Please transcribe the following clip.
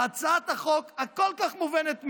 בהצעת החוק הכל-כך מובנת מאליה,